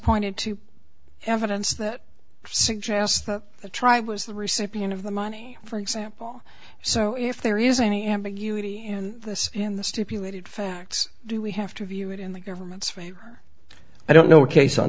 pointed to evidence that suggests that the tribe was the recipient of the money for example so if there is any ambiguity in this in the stipulated facts do we have to view it in the government's favor i don't know a case on